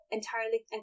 entirely